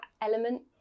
element